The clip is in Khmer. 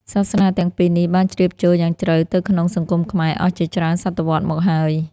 សាសនាទាំងពីរនេះបានជ្រាបចូលយ៉ាងជ្រៅទៅក្នុងសង្គមខ្មែរអស់ជាច្រើនសតវត្សមកហើយ។